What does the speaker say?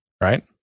right